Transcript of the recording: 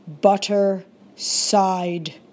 butter-side